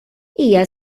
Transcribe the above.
hija